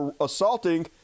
assaulting